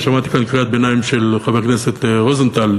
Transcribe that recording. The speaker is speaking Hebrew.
ושמעתי כאן קריאת ביניים של חבר הכנסת רוזנטל,